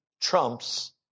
trumps